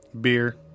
Beer